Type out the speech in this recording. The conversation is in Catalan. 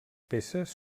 peces